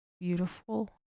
beautiful